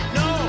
no